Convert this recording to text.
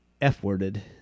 f-worded